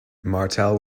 martel